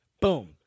Boom